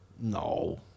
no